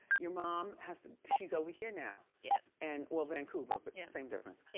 your mom has to, she's over here now. yeah. and well, vancouver. but yeah. same difference. yeah.